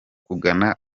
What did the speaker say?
kugana